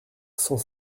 cent